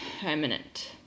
permanent